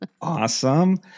Awesome